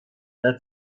der